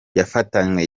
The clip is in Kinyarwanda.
yafatanywe